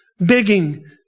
begging